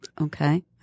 Okay